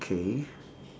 okay